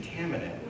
contaminant